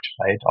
right